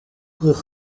brug